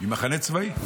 ממחנה צבאי.